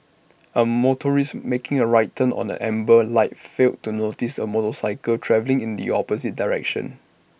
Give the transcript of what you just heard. A motorist making A right turn on an amber light failed to notice A motorcycle travelling in the opposite direction